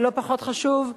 לא פחות חשוב,